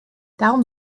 darum